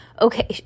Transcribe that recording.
Okay